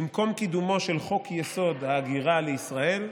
במקום קידומו של חוק-יסוד: ההגירה לישראל,